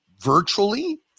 virtually